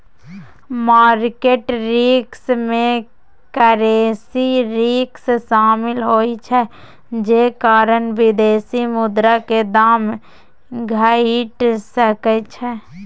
market risk में currency risk शामिल होइ छइ जे कारण विदेशी मुद्रा के दाम घइट सकइ छइ